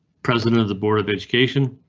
president of the board of education.